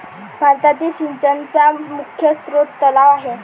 भारतातील सिंचनाचा मुख्य स्रोत तलाव आहे